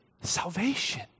salvation